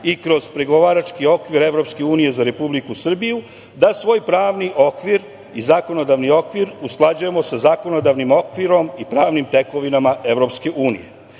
i kroz Pregovarački okvir EU za Republiku Srbiju, da svoj pravni okvir i zakonodavni okvir usklađujemo sa zakonodavnim okvirom i pravnim tekovinama EU. Drugi